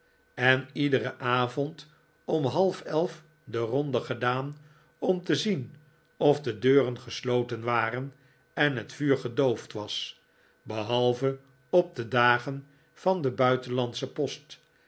en iederen avond om half elf de ronde gedaan om te zien of de deuren gesloten waren en het vuur gedoofd was behalve op de dagen van de buitenlandsche post